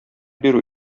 бирү